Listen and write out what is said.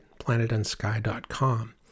planetandsky.com